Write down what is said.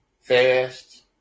fast